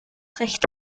recht